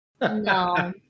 no